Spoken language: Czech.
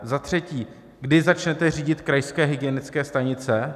Za třetí: Kdy začnete řídit krajské hygienické stanice?